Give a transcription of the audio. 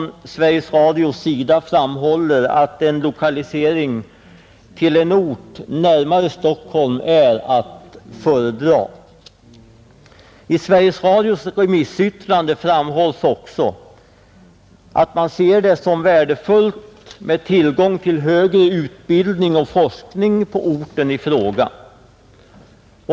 Sveriges Radio framhåller att en lokalisering till en ort närmare Stockholm är att föredra. I Sveriges Radios remissyttrande framhålls också att man ser det som värdefullt att det finns tillgång till högre utbildning och forskning på orten i fråga.